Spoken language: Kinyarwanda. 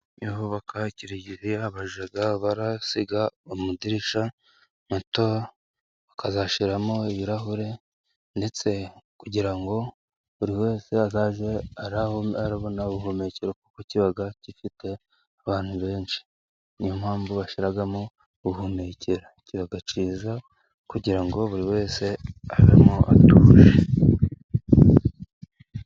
Iyo bari kubaka kiliziya, bajya basiga amadirishya mato, bazashyiramo ibirahure. Kandi, kugira ngo buri wese ajye abona ubuhumekero, kuko kiba gifite abantu benshi, ni yo mpamvu bashyiramo ubuhumekero. Kiba cyiza, kugira ngo buri wese abemo atuje.